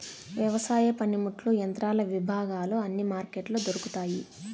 వ్యవసాయ పనిముట్లు యంత్రాల విభాగాలు అన్ని మార్కెట్లో దొరుకుతాయి